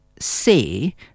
Say